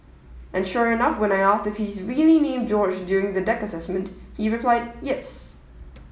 and sure enough when I asked if he's really named George during the deck assessment he replied yes